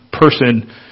person